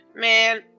Man